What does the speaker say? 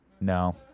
no